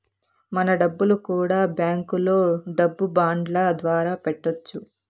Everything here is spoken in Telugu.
మన డబ్బులు కూడా బ్యాంకులో డబ్బు బాండ్ల ద్వారా పెట్టొచ్చు